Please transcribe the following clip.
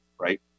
right